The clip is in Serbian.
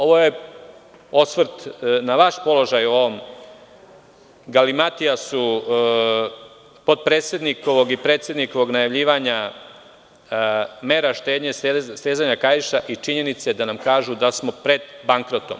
Ovo je osvrt na vaš položaj u ovom galimatijasu potpredsednikovog i predsednikovog najavljivanja mera štednje, stezanja kaiša i činjenice da nam kažu da smo pred bankrotom.